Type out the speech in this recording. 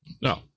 No